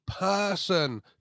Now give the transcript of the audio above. person